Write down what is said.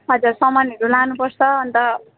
हजुर सामानहरू लानुपर्छ अन्त